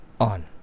on